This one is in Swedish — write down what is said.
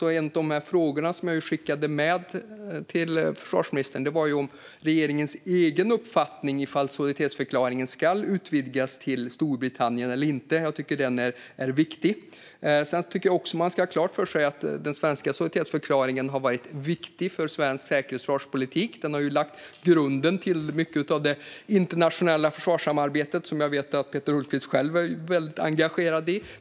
En av de frågor jag skickade med till försvarsministern var därför om regeringens egen uppfattning är att solidaritetsförklaringen ska utvidgas till Storbritannien eller inte. Jag tycker att den frågan är viktig. Sedan tycker jag också att man ska ha klart för sig att den svenska solidaritetsförklaringen har varit viktig för svensk säkerhets och försvarspolitik. Den har lagt grunden för det internationella försvarssamarbetet som jag vet att Peter Hultqvist själv är väldigt engagerad i.